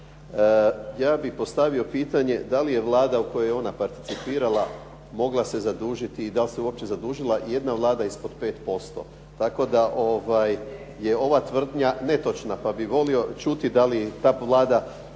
Ja bih postavio pitanje da li je Vlada u kojoj je ona participirala mogla se zadužiti i da li se uopće zadužila ijedna Vlada ispod 5%. Tako da ova tvrdnja je netočna, pa bih volio čuti da li Vlada